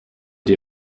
die